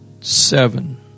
seven